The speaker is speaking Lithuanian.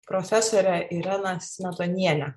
profesorę ireną smetonienę